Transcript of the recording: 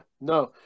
no